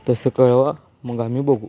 तसं कळवा मग आम्ही बघू